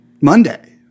Monday